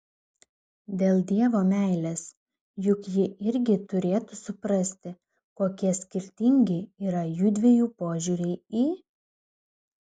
dėl dievo meilės juk ji irgi turėtų suprasti kokie skirtingi yra jųdviejų požiūriai į